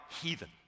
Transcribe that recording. heathen